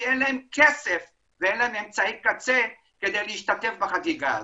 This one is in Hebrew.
אין להם כסף ואין להם אמצעי קצה כדי להשתתף בחגיגה הזאת.